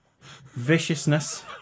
viciousness